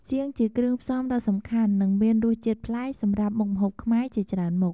សៀង ជាគ្រឿងផ្សំដ៏សំខាន់ និងមានរសជាតិប្លែកសម្រាប់មុខម្ហូបខ្មែរជាច្រើនមុខ។